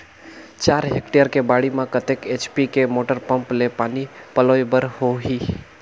चार हेक्टेयर के बाड़ी म कतेक एच.पी के मोटर पम्म ले पानी पलोय बर होही?